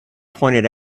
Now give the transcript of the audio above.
pointed